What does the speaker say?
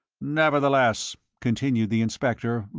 nevertheless, continued the inspector,